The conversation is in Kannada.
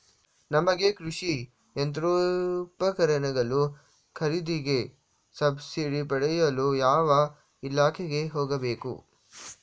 ನಮಗೆ ಕೃಷಿ ಯಂತ್ರೋಪಕರಣಗಳ ಖರೀದಿಗೆ ಸಬ್ಸಿಡಿ ಪಡೆಯಲು ಯಾವ ಇಲಾಖೆಗೆ ಹೋಗಬೇಕು?